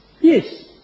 Yes